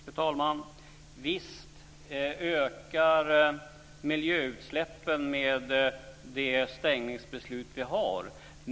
Fru talman! Visst ökar miljöutsläppen med det stängningsbeslut vi har.